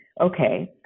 okay